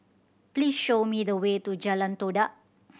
please show me the way to Jalan Todak